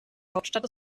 hauptstadt